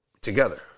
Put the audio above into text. together